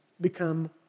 become